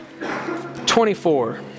24